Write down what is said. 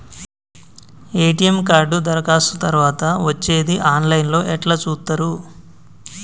ATM card దరఖాస్తు తరువాత వచ్చేది ఆన్ లైన్ లో ఎట్ల చూత్తరు?